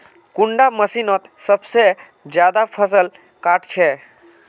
कुंडा मशीनोत सबसे ज्यादा फसल काट छै?